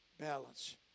Balance